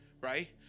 Right